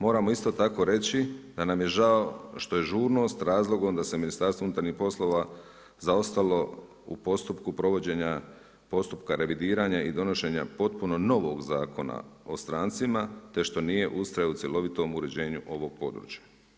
Moramo isto tako reći, da nam je žao što je žurnost, razlogom da se Ministarstvo unutarnjih poslova zaostalo u postupku provođenja postupka revidiranja i donošenja potpuno novog Zakona o strancima, te što nije ustrajao u cjelovitom uređenju ovoga područja.